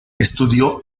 estudió